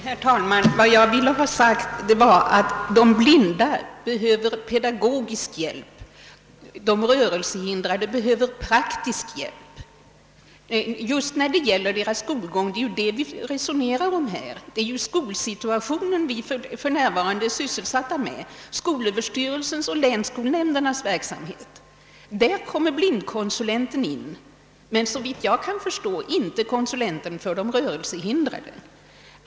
Herr talman! Vad jag ville ha sagt var att de blinda behöver pedagogisk hjälp, medan de rörelsehindrade behöver praktisk hjälp för skolgången. Det är ju skolsituationen vi för närvarande resonerar om. I skolöverstyrelsens och länsskolnämndernas verksamhet ingår blindkonsulenter men såvitt jag kan förstå inte konsulenter för de rörelsehindrade.